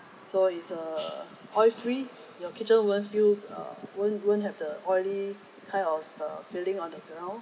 so it's err oil free your kitchen won't feel uh won't won't have the oily kind of err feeling on the ground